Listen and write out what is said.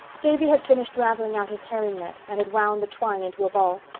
davy had finished ravelling out his herring net and had wound the twine into a ball.